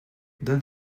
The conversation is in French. donne